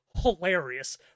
hilarious